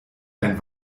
ein